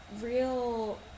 real